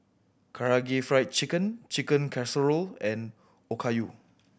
Karaage Fried Chicken Chicken Casserole and Okayu